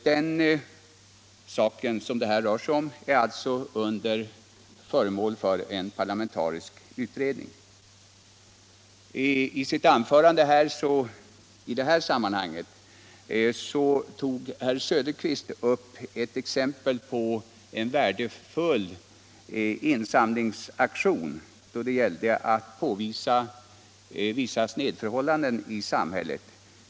Den saken är alltså föremål för parlamentarisk utredning. I sitt anförande tog herr Söderqvist upp ett exempel på en värdefull insamlingsaktion av data då det gällde att påvisa vissa snedförhållanden i samhället.